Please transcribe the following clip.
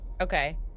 Okay